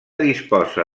disposa